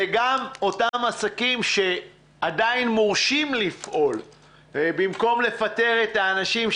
זה גם אותם עסקים שעדיין מורשים לפעול במקום לפטר את האנשים,